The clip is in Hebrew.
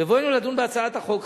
בבואנו לדון בהצעת החוק,